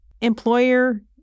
employer